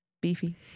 beefy